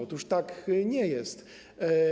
Otóż tak nie jest.